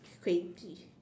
crazy